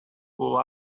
pull